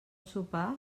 sopar